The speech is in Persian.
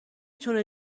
تونه